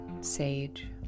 sage